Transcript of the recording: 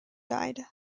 died